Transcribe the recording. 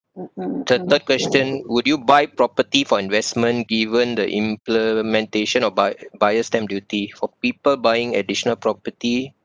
the third question would you buy property for investment given the implementation of buy~ buyer's stamp duty for people buying additional property